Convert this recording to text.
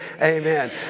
amen